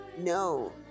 No